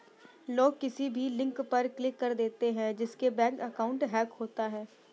लोग किसी भी लिंक पर क्लिक कर देते है जिससे बैंक अकाउंट हैक होता है